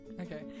Okay